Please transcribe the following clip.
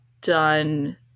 done